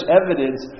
evidence